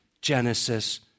genesis